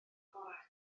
bore